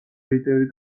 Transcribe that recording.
ლიდერი